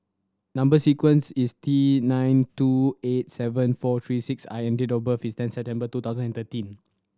number sequence is T nine two eight seven four three six I and date of birth is ten September two thousand and thirteen